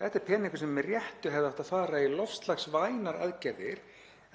Þetta er peningur sem með réttu hefði átt að fara í loftslagsvænar aðgerðir